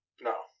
No